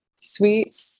sweet